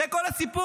זה כל הסיפור.